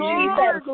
Jesus